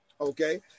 okay